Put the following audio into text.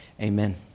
Amen